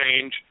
change